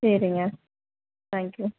சரிங்க thank you